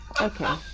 Okay